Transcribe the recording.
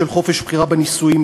של חופש בחירה בנישואין,